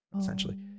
essentially